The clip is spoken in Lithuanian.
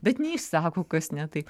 bet neišsako kas ne taip